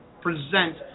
present